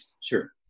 Sure